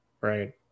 right